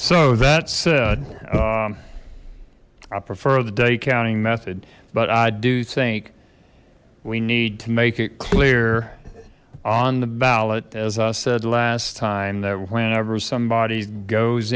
so that said i prefer the day counting method but i do think we need to make it clear on the ballot as i said last time that whenever somebody goes